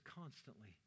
constantly